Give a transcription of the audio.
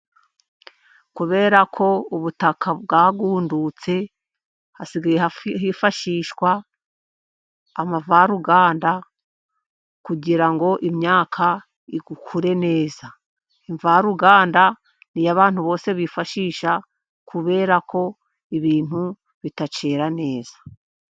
Kubera ko ubutaka bwagundutse ,hasigaye hifashishwa amavaruganda ,kugira ngo imyaka ikure neza Imvaruganda niyo abantu bose bifashisha, kubera ko ibintu bitacyera neza.